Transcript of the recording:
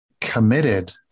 committed